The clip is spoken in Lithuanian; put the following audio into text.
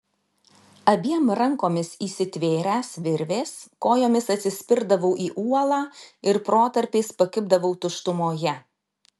abiem rankomis įsitvėręs virvės kojomis atsispirdavau į uolą ir protarpiais pakibdavau tuštumoje